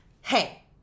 hey